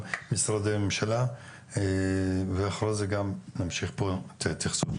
משרדי הממשלה ולאחר מכן גם נמשיך פה את ההתייחסות.